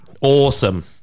Awesome